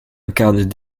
incarnent